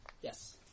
Yes